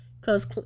close